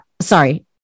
sorry